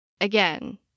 Again